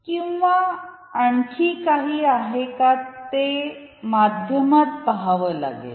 किन्वा आणखी काही आहे का ते माध्यमात पहावे लागेल